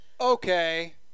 Okay